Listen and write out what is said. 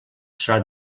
serà